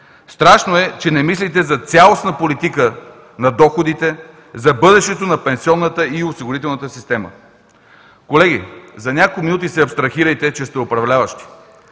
Страшно е, че не мислите за цялостната политика на доходите, за бъдещето на пенсионната и осигурителна система. Колеги, за няколко минути се абстрахирайте, че сте управляващи.